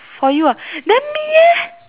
for you ah then me leh